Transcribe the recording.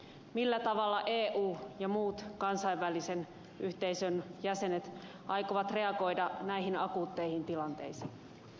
millä tavalla eu ja muut kansainvälisen yhteisön jäsenet aikovat reagoida näihin akuutteihin tilanteisiin